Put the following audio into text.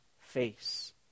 face